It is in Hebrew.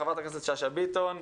חברת הכנסת שאשא ביטון,